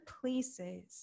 places